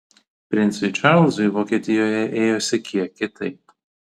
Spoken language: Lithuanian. princui čarlzui vokietijoje ėjosi kiek kitaip